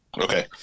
Okay